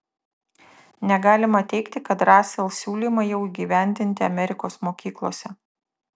negalima teigti kad rasel siūlymai jau įgyvendinti amerikos mokyklose